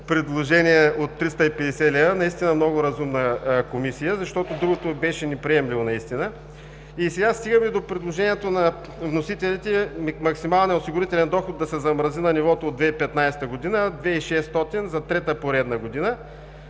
предложение от 350 лв. Наистина много разумна Комисия, защото другото наистина беше неприемливо. И сега стигаме до предложението на вносителите: максималният осигурителен доход да се замрази на нивото от 2015 г. – 2600 лв., за трета поредна година.